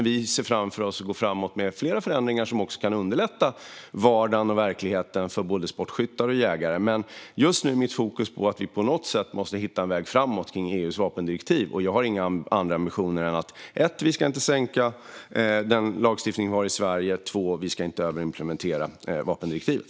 Vi ser framför oss hur vi kan gå framåt med flera förändringar som också kan underlätta vardagen och verkligheten för både sportskyttar och jägare, men just nu är mitt fokus på att vi på något sätt måste hitta en väg framåt kring EU:s vapendirektiv. Jag har inga andra ambitioner än att vi för det första inte ska sänka den lagstiftning vi har i Sverige och för det andra inte överimplementera vapendirektivet.